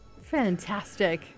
Fantastic